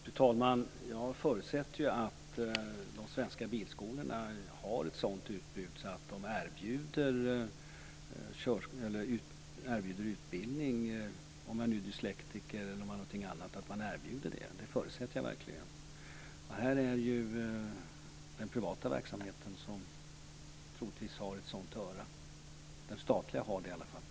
Fru talman! Jag förutsätter att de svenska bilskolorna har ett sådant utbud att de erbjuder utbildning till dyslektiker eller personer med andra problem. Det förutsätter jag verkligen. Det här är privat verksamhet och den har troligtvis ett sådant öra. Den statliga har det i alla fall.